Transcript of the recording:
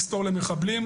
שלום לכולם,